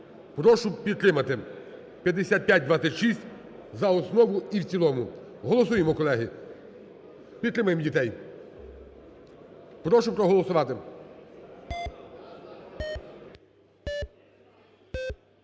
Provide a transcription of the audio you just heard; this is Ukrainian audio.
прошу підтримати 5526 за основу і в цілому. Голосуємо, колеги! Підтримаємо дітей! Прошу проголосувати.